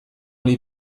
les